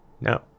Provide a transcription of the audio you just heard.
No